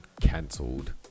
cancelled